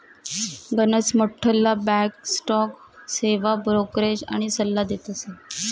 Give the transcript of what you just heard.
गनच मोठ्ठला bank stock सेवा ब्रोकरेज आनी सल्ला देतस